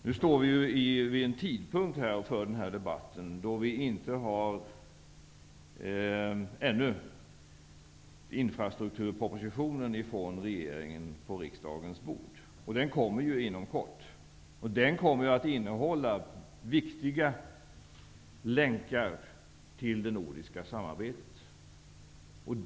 Nu för vi den här debatten vid en tidpunkt då vi ännu inte har infrastrukturpropositionen från regeringen på riksdagens bord. Den kommer inom kort. Den kommer att innehålla viktiga länkar till det nordiska samarbetet.